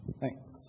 Thanks